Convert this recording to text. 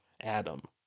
Adam